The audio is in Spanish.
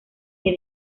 que